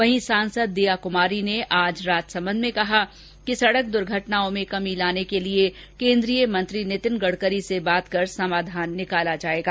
वहीं सांसद दिया कुमारी ने आज राजसमंद में कहा कि दुर्घटनाओं में कमी लाने के लिए केन्द्रीय मंत्री नितिन गडकरी से बात कर समाधान निकाला जाएगा